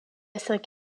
cinq